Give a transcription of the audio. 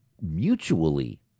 mutually